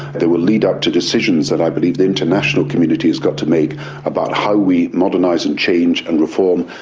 they will lead up to decisions that i believe the international community's got to make about how we modernise and change and reform,